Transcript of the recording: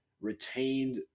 retained